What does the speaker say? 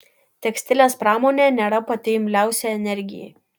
tekstilės pramonė nėra pati imliausia energijai